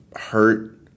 hurt